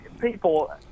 people